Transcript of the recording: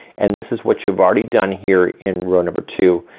and this is what you've already done here in row number two.